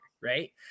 right